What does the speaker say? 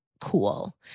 cool